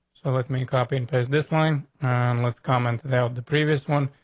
so let me copy and paste this line and let's comment the the previous one.